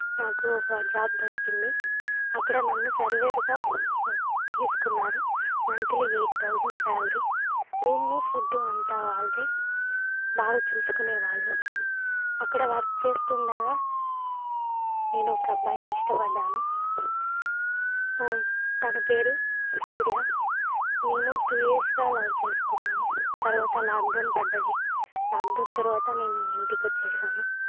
నాకు ఒక జాబ్ దొరికింది అక్కడ నన్ను సర్వర్గా తీసుకున్నారు monthly eight thousand salary room food అంతా వాళ్లదే బాగా చూసుకునే వాళ్ళు అక్కడ వర్క్ చేస్తుండగా నేను ఒక అబ్బాయిని ఇష్టపడ్డాను తన పేరు సూర్య మేము టు ఇయర్స్గా లవ్ చేసుకున్నాము తర్వాత లాక్డౌన్ పడ్డది లాక్డౌన్ తర్వాత నేను ఇంటికి వచ్చేసాను